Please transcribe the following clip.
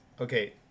Okay